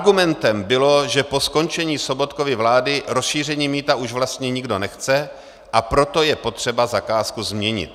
Argumentem bylo, že po skončení Sobotkovy vlády rozšíření mýta už vlastně nikdo nechce, a proto je potřeba zakázku změnit.